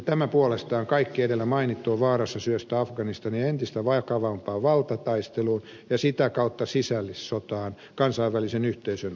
tämä puolestaan kaikki edellä mainittu on vaarassa syöstä afganistan entistä vakavampaan valtataisteluun ja sitä kautta sisällissotaan kansainvälisen yhteisön alkaessa vetäytyä